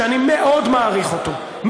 שאני מאוד מעריך אותו,